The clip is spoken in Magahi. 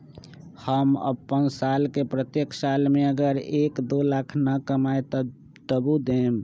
हम अपन साल के प्रत्येक साल मे अगर एक, दो लाख न कमाये तवु देम?